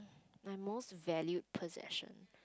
my most valued possession